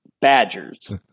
Badgers